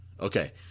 Okay